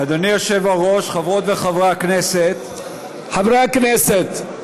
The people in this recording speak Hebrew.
אדוני היושב-ראש, חברות וחברי הכנסת, חברי הכנסת.